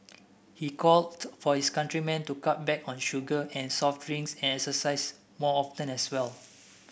he called for his countrymen to cut back on sugar and soft drinks and exercise more often as well